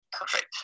Perfect